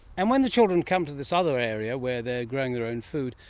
and when the children come to this other area where they are growing their own food,